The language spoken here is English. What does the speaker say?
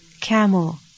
camel